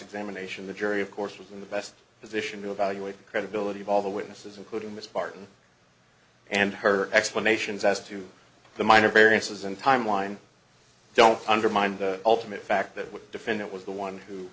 examination the jury of course was in the best position to evaluate the credibility of all the witnesses including miss barton and her explanations as to the minor variances in timeline don't undermine the ultimate fact that what defendant was the one who